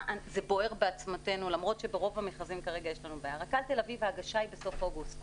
ההגשה של רכבת קלה תל-אביב היא בסוף אוגוסט